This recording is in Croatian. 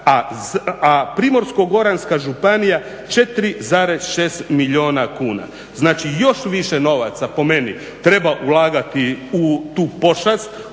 a Primorsko-goranska županija 4,6 milijuna kuna. Znači, još više novaca po meni treba ulagati u tu pošast,